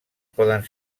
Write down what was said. poden